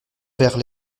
vers